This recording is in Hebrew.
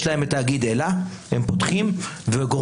יש להם את תאגיד אל"ה, הם פותחים וגורפים.